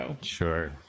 sure